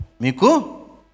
Miku